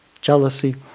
jealousy